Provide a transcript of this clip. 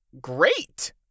great